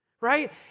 right